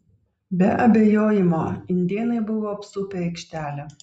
be abejojimo indėnai buvo apsupę aikštelę